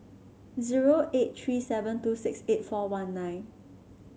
zero eight three seven two six eight four one nine